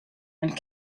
and